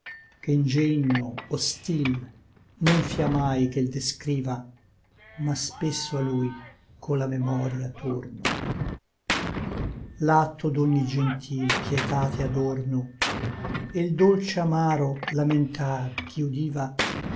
che ngegno o stil non fia mai che l descriva ma spesso a lui co la memoria torno l'atto d'ogni gentil pietate adorno e l dolce amaro lamentar ch'i udiva